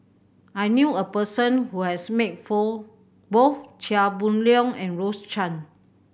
I knew a person who has met for both Chia Boon Leong and Rose Chan